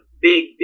big